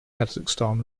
kazakhstan